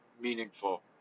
meaningful